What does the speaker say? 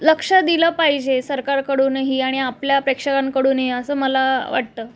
लक्ष दिलं पाहिजे सरकारकडूनही आणि आपल्या प्रेक्षकांकडूनही असं मला वाटतं